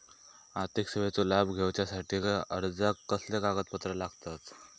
आर्थिक सेवेचो लाभ घेवच्यासाठी अर्जाक कसले कागदपत्र लागतत?